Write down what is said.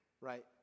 right